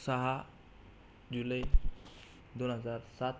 सहा जुलै दोन हजार सात